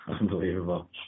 Unbelievable